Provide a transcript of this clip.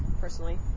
Personally